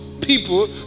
people